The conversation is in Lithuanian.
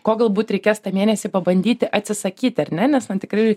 ko galbūt reikės tą mėnesį pabandyti atsisakyti ar ne ne tam tikri